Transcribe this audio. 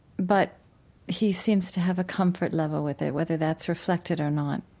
but he seems to have a comfort level with it, whether that's reflected or not,